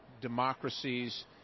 democracies